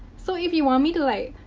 so, if you want me to, like,